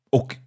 Och